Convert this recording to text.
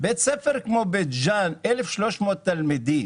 בית ספר כמו בית ג'אן עם 1,300 תלמידים